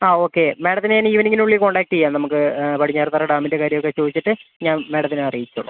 ആ ഓക്കെ മാഡത്തിനെ ഞാൻ ഈവനിംഗിനുള്ളിൽ കോൺടാക്ട് ചെയ്യാം നമുക്ക് പടിഞ്ഞാറത്തറ ഡാമിൻ്റെ കാര്യമൊക്കെ ചോദിച്ചിട്ട് ഞാൻ മാഡത്തിനെ അറിയിച്ചുകൊളളാം